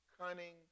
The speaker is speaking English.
cunning